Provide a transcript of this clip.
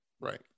Right